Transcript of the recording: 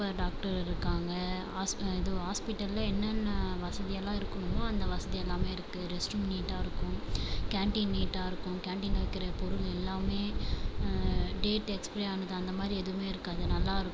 super doctor இருக்காங்கள் ஹாஸ்பி இது ஹாஸ்பிட்டலில் என்னென்ன வசதி எல்லாம் இருக்கணுமோ அந்த வசதி எல்லாமே இருக்கு ரெஸ்ட் ரூம் நீட்டாக இருக்கும் கேன்டீன் நீட்டாக இருக்கும் கேன்டீனில் விற்கிற பொருள் எல்லாமே டேட் எக்ஸ்பைரி ஆனது அந்த மாதிரி எதுவுமே இருக்காது நல்லாயிருக்கும்